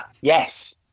Yes